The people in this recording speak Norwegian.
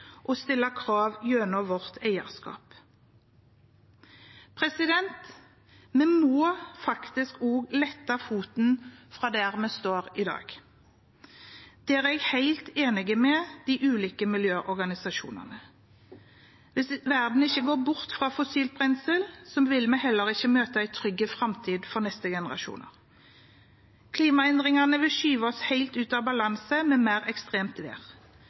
og stille krav gjennom vårt eierskap. Vi må faktisk også lette foten fra der vi står i dag. Der er jeg helt enig med de ulike miljøorganisasjonene. Hvis verden ikke går bort fra fossilt brensel, vil vi heller ikke møte en trygg framtid for de neste generasjonene. Klimaendringene vil skyve oss helt ut av balanse med mer ekstremt vær.